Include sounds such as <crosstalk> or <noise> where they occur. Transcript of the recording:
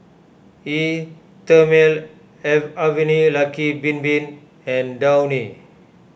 Eau thermale <unintelligible> Avene Lucky Bin Bin and Downy